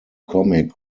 comic